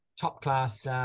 top-class